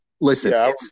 Listen